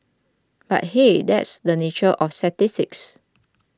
but hey that's the nature of statistics